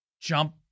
jump